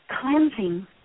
cleansing